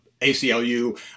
ACLU